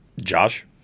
Josh